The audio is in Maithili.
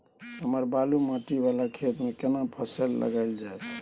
सर बालू माटी वाला खेत में केना फसल लगायल जाय?